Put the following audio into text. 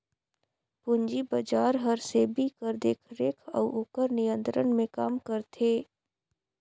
पूंजी बजार हर सेबी कर देखरेख अउ ओकर नियंत्रन में काम करथे